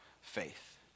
faith